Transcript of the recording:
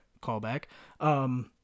Callback